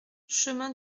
chemin